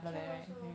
can also